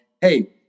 Hey